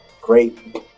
great